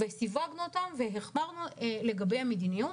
סיווגנו אותן והחמרנו בהן לגבי המדיניות,